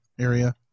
area